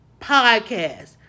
podcast